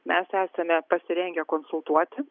mes esame pasirengę konsultuoti